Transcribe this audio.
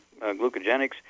Glucogenics